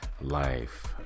life